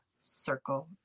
circle